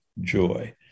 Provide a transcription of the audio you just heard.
joy